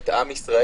את עם ישראל.